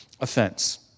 offense